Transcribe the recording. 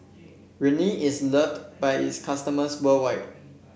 Rene is loved by its customers worldwide